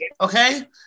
okay